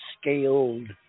scaled